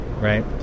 right